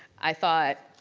i thought,